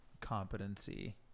competency